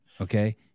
Okay